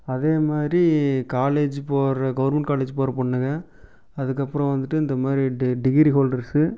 அதே மாதிரி காலேஜ் போகிற கவுர்மெண்ட் காலேஜ் போகிற பெண்ணுங்க அதுக்கப்புறம் வந்துட்டு இந்த மாதிரி டிகிரி ஹோல்டர்ஸ்ஸு